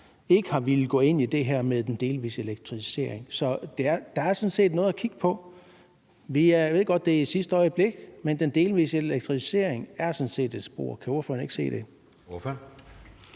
ikke har villet gå ind i det her med den delvise elektrificering. Så der er sådan set noget at kigge på. Jeg ved godt, at det er i sidste øjeblik, men den delvise elektrificering er sådan set et spor – kan ordføreren ikke se det? Kl.